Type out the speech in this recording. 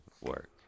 work